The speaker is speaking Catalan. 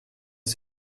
les